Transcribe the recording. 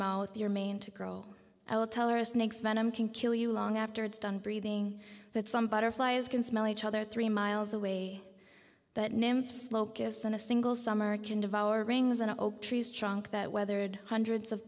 mouth your main to grow i will tell or a snake's venom can kill you long after it's done breathing that some butterflies can smell each other three miles away that nymphs locusts in a single summer can devour rings an oak tree is trunk that weathered hundreds of